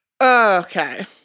Okay